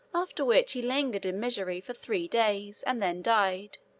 after which he lingered in misery for three days, and then died